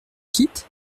quittes